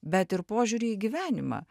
bet ir požiūriu į gyvenimą